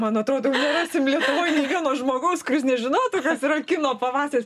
man atrodo nerasim lietuvoj nė vieno žmogaus kuris nežinotų kas yra kino pavasaris